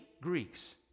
Greeks